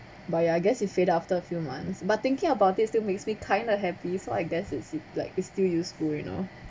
but ya I guess it fade out after a few months but thinking about it still makes me kind of happy so I guess it's like is still useful you know